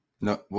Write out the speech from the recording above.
No